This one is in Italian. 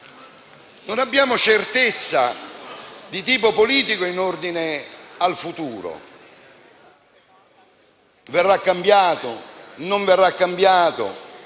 Non abbiamo certezza di tipo politico in ordine al futuro. Verrà cambiato o non verrà cambiato;